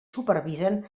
supervisen